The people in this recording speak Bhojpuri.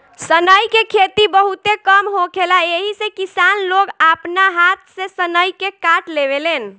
सनई के खेती बहुते कम होखेला एही से किसान लोग आपना हाथ से सनई के काट लेवेलेन